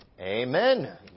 Amen